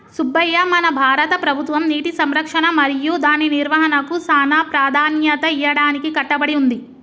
సుబ్బయ్య మన భారత ప్రభుత్వం నీటి సంరక్షణ మరియు దాని నిర్వాహనకు సానా ప్రదాన్యత ఇయ్యడానికి కట్టబడి ఉంది